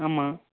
ஆமாம்